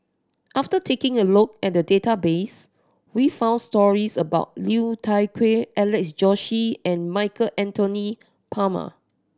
after taking a look at the database we found stories about Liu Thai Ker Alex Josey and Michael Anthony Palmer